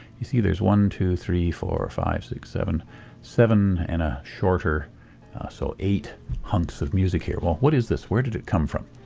you see, there's one, two, three, four, five, six, seven seven, and a shorter so eight hunks of music here. well, what is this? where did it come from?